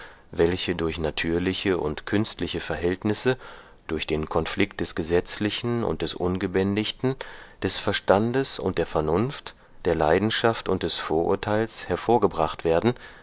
welche durch natürliche und künstliche verhältnisse durch den konflikt des gesetzlichen und des ungebändigten des verstandes und der vernunft der leidenschaft und des vorurteils hervorgebracht werden